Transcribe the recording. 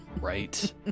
Right